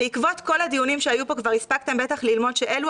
בעקבות כל הדיונים שהיו פה כבר הספקתם בטח ללמוד שאלו